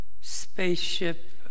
spaceship